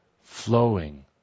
flowing